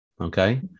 okay